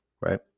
right